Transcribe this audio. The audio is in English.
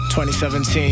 2017